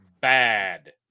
bad